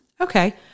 okay